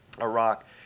Iraq